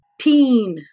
Teen